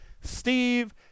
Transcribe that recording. Steve